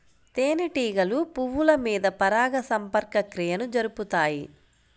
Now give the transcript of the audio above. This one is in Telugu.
తేనెటీగలు పువ్వుల మీద పరాగ సంపర్క క్రియను జరుపుతాయి